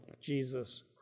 Jesus